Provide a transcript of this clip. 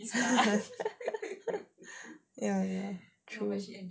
ya true